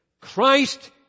Christ